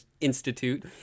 institute